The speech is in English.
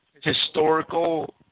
historical